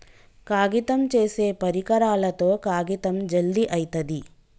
కాగితం చేసే పరికరాలతో కాగితం జల్ది అయితది